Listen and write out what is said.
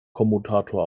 kommutator